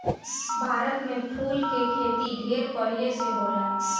भारत में फूल के खेती ढेर पहिले से होता